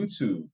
YouTube